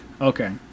Okay